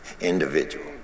individual